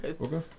Okay